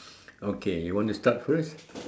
okay you want to start first